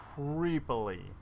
creepily